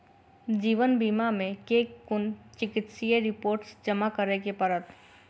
जीवन बीमा मे केँ कुन चिकित्सीय रिपोर्टस जमा करै पड़त?